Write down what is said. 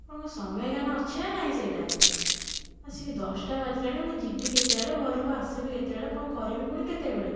ଆପଣଙ୍କ ସମୟ ଜ୍ଞାନ ଅଛି ନା ନାଇଁ ସେଇଟା ଆସିକି ଦଶଟା ବାଜିଲାଣି ମୁଁ ଯିବି କେତେବେଳେ ଘରକୁ ଆସିବି କେତେବେଳେ କ'ଣ କରିବି ପୁଣି କେତେବେଳେ